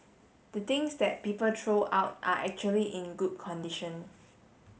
the things that people throw out are actually in good condition